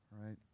right